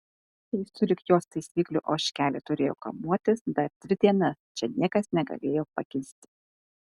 jei sulig jos taisyklių ožkelė turėjo kamuotis dar dvi dienas čia niekas negalėjo pakisti